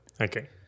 Okay